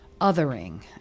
othering